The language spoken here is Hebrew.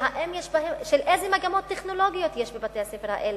איזה מגמות טכנולוגיות יש בבתי-הספר האלה.